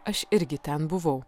aš irgi ten buvau